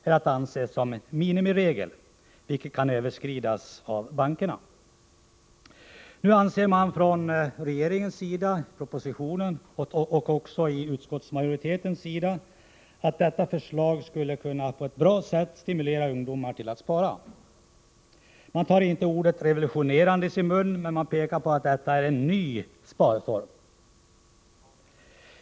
är att anse som minimiregler, och dessa gränser kan överskridas av bankerna. Nu anser man från regeringens och utskottsmajoritetens sida att detta förslag på ett bra sätt skulle kunna stimulera ungdomar till att spara. Man tar inte ordet ”revolutionerande” i sin mun, men man pekar på att detta är en ny sparform.